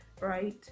right